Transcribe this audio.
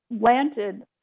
landed